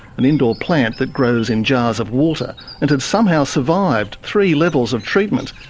an indoor plant that grows in jars of water, and had somehow survived three levels of treatment,